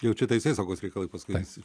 jau čia teisėsaugos reikalai paskui eis